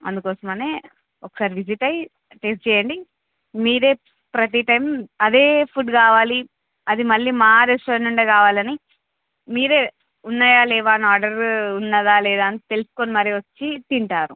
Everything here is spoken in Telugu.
అందుకోసమనే ఒకసారి విజిట్ అయ్యి టేస్ట్ చెయ్యండి మీరే ప్రతీ టైం అదే ఫుడ్ కావాలి అది మళ్ళీ మా రెస్టారెంటే కావాలని మీరే ఉన్నాయా లేవా అని ఆర్డర్ ఉన్నాదా లేదా అని తెలుసుకుని మరీ వచ్చి తింటారు